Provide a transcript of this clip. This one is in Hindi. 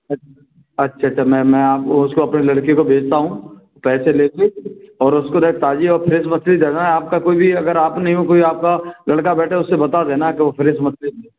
अच्छा अच्छा अच्छा मैं मैं आपको उसको अपने लड़के को भेजता हूँ पैसे लेकर और उसको ना ताज़ी और फ्रेस मछली देना आपका कोई भी अगर आप नहीं हो कोई आपका लड़का बैठे उससे बता देना कि वह फ्रेस मछली